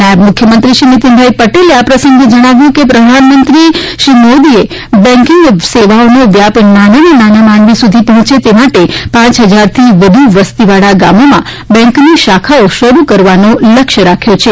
નાયબ મુખ્યમંત્રી શ્રી નીતિનભાઇ પટેલે આ પ્રસંગે જણાવ્યું કે પ્રધાનમંત્રી શ્રી નરેન્દ્રભાઇ મોદીએ બેન્કીગ સેવાઓનો વ્યાપ નાનામાં નાના માનવી સુધી પહોચે તે માટે પાંચ હજારથી વ્ધ વસ્તીવાળા ગામોમાં બેન્કની શાખાઓ શરૂ કરવાનો લક્ષ્ય રાખ્યો છે